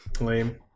Lame